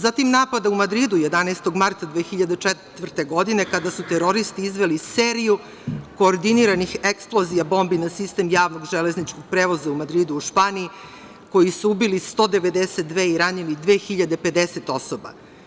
Zatim, napada u Madridu 11. marta 2004. godine, kada su teroristi izveli seriju koordiniranih eksplozija bombi na sistem javnog železničkog prevoza u Madridu u Španiji, koji su ubili 192 i ranili 2050 osoba.